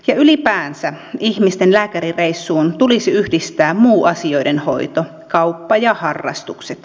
ylipäänsä ihmisten lääkärireissuun tulisi yhdistää muu asioiden hoito kauppa ja harrastukset